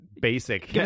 Basic